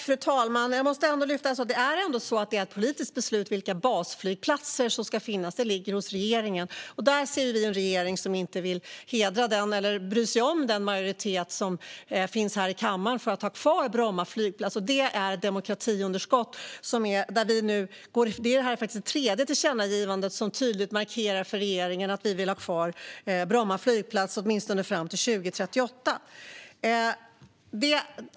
Fru talman! Det är ett politiskt beslut vilka basflygplatser som ska finnas. Den frågan ligger hos regeringen, men regeringen bryr sig inte om den majoritet som finns här i kammaren för att ha kvar Bromma flygplats. Detta är ett demokratiunderskott. Det här är faktiskt det tredje tillkännagivande som tydligt markerar för regeringen att vi vill ha kvar Bromma flygplats åtminstone fram till 2038.